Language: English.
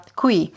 qui